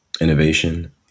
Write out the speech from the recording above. innovation